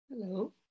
Hello